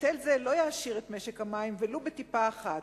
היטל זה לא יעשיר את משק המים ולו בטיפה אחת.